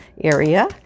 area